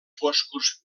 foscos